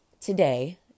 today